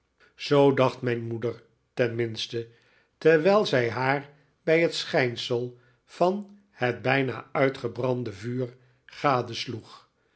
zoo dacht mijn moeder tenminste terwijl zij haar bij het schijnsel van het bijna uitgebrande vuur